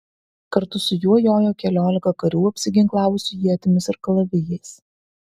kartu su juo jojo keliolika karių apsiginklavusių ietimis ir kalavijais